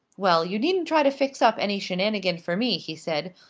well, you needn't try to fix up any shenanigan for me, he said.